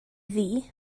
ddu